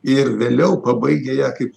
ir vėliau pabaigę ją kaip